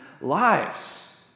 lives